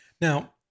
Now